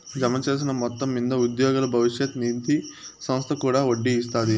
జమచేసిన మొత్తం మింద ఉద్యోగుల బవిష్యత్ నిది సంస్త కూడా ఒడ్డీ ఇస్తాది